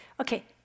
Okay